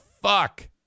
fuck